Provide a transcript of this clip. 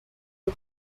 dur